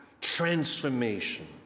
transformation